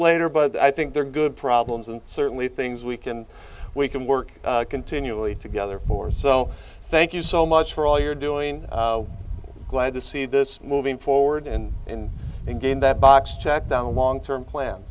later but i think they're good problems and certainly things we can we can work continually together for so thank you so much for all you're doing glad to see this moving forward and again that box checked the long term plan